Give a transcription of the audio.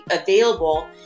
available